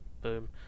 Boom